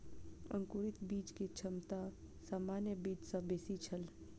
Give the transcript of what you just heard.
अंकुरित बीज के क्षमता सामान्य बीज सॅ बेसी छल